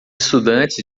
estudantes